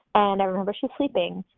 and i remember she's sleeping.